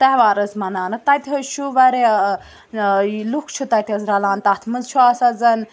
تہوار حظ مَناونہٕ تَتہِ حظ چھُ واریاہ یہِ لُکھ چھِ تَتہِ حظ رَلان تَتھ منٛز چھُ آسان زَن